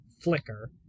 flicker